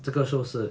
这个 show 是